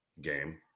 game